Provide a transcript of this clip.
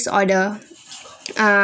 disorder ah